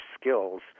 skills